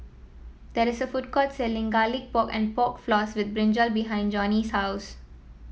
there is a food court selling Garlic Pork and Pork Floss with brinjal behind Johny's house